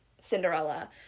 Cinderella